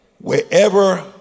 wherever